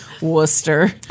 Worcester